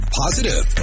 positive